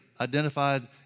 identified